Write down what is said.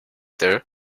there